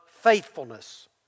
faithfulness